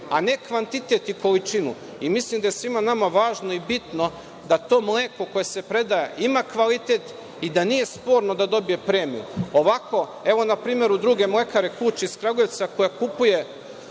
a ne kvantitet i količinu i mislim da je svima nama važno i bitno da to mleko koje se predaje ima kvalitet i da nije sporno da dobije premiju. Ovako, evo npr. u druge mlekare „Kuč“ iz Kragujevca koja kupuje